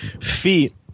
feet